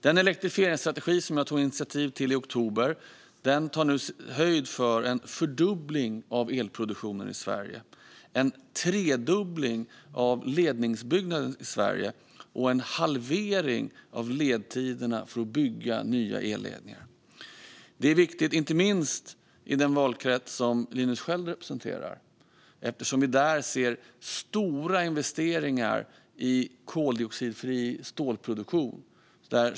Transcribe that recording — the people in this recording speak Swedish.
Den elektrifieringsstrategi som jag tog initiativ till i oktober tar nu höjd för en fördubbling av elproduktionen i Sverige, en tredubbling av ledningsbyggnaden i Sverige och en halvering av ledtiderna för att bygga nya elledningar. Detta är viktigt inte minst i den valkrets som Linus Sköld representerar eftersom vi där ser stora investeringar i koldioxidfri stålproduktion.